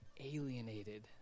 alienated